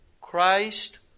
Christ